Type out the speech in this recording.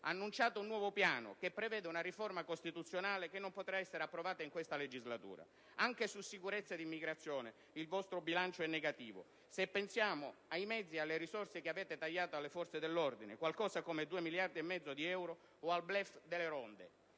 annunciate un nuovo piano che prevede una riforma costituzionale che non potrà essere approvata in questa legislatura. Anche su sicurezza ed immigrazione il vostro bilancio è negativo se pensiamo ai mezzi e alle risorse che avete tagliato alle forze dell'ordine, qualcosa come due miliardi e mezzo di euro, o al *bluff* delle ronde.